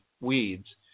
weeds